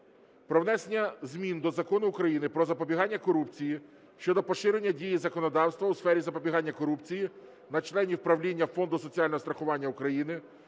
про внесення змін до Закону України "Про запобігання корупції" щодо поширення дії законодавства у сфері запобігання корупції на членів правління Фонду соціального страхування України,